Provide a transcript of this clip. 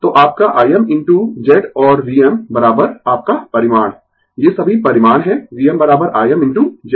तो आपका Im into Z और Vm आपका परिमाण ये सभी परिमाण है VmIm इनटू z